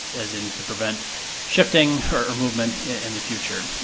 as in, to prevent shifting, or movement in the future.